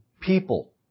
people